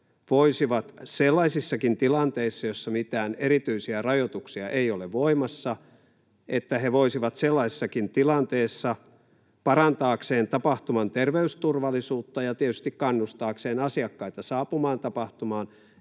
voisivat sellaisissakin tilanteissa, joissa mitään erityisiä rajoituksia ei ole voimassa, parantaakseen tapahtuman terveysturvallisuutta ja tietysti kannustaakseen asiakkaita saapumaan tapahtumaan